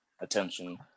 attention